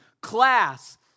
class